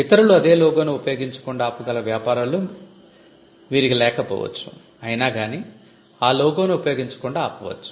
ఇతరులు అదే లోగోని ఉపయోగించకుండా ఆపగల వ్యాపారాలు మీకు లేకపోవచ్చు అయినా కాని ఆ లోగోని ఉపయోగించకుండా ఆపవచ్చు